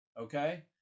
okay